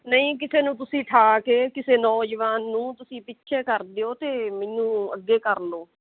ਨਹੀਂ ਕਿਸੇ ਨੂੰ ਤੁਸੀਂ ਉਠਾ ਕੇ ਕਿਸੇ ਨੌਜਵਾਨ ਨੂੰ ਤੁਸੀਂ ਪਿੱਛੇ ਕਰ ਦਿਓ ਅਤੇ ਮੈਨੂੰ ਅੱਗੇ ਕਰ ਲਓ